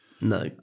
No